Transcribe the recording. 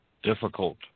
difficult